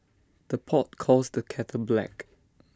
the pot calls the kettle black